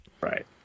Right